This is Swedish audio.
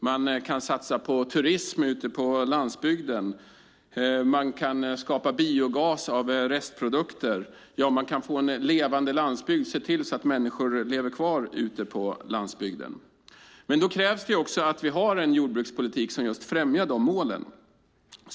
Man kan satsa på turism ute på landsbygden, man kan skapa biogas av restprodukter - ja, man kan få en levande landsbygd och se till att människor lever kvar ute på landsbygden. Då krävs dock också att vi har en jordbrukspolitik som just främjar dessa mål.